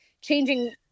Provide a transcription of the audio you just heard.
changing